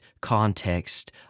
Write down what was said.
context